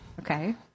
Okay